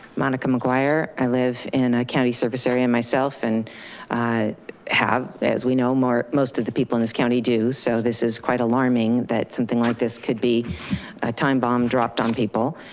monica mcguire, i live in a county service area myself, and i have as we know more, most of the people in this county do, so this is quite alarming that something like this could be a time bomb dropped on people.